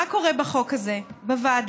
מה קרה עם החוק הזה בוועדה?